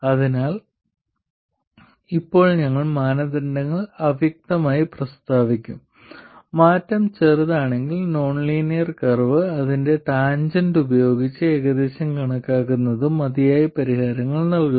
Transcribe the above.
അതിനാൽ ഇപ്പോൾ ഞങ്ങൾ മാനദണ്ഡങ്ങൾ അവ്യക്തമായി പ്രസ്താവിക്കും മാറ്റം ചെറുതാണെങ്കിൽ നോൺ ലീനിയർ കർവ് അതിന്റെ ടാൻജെന്റ് ഉപയോഗിച്ച് ഏകദേശം കണക്കാക്കുന്നത് മതിയായ പരിഹാരങ്ങൾ നൽകുന്നു